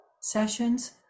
sessions